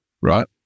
right